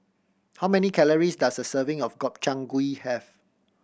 how many calories does a serving of Gobchang Gui have